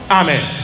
amen